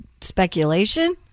speculation